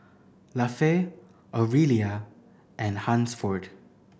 Lafe Aurelia and Hansford